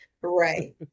right